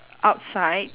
outside